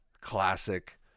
classic